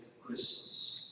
Christmas